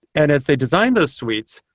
and as they design those suites,